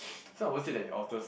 so I won't say that it alters